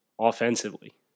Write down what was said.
Offensively